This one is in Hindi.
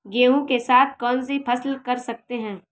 गेहूँ के साथ कौनसी फसल कर सकते हैं?